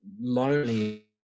lonely